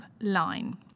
line